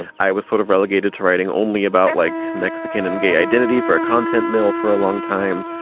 i was sort of relegated to writing only about like mexican and gay identity for a content mill for a long time.